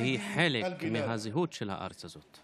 והיא חלק מהזהות של הארץ הזאת.)